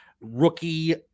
rookie